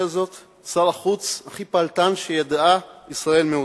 הזאת את שר החוץ הכי פעלתן שידעה ישראל מעודה.